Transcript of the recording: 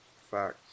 facts